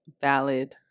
valid